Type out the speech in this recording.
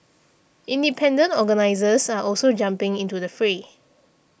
independent organisers are also jumping into the fray